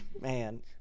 Man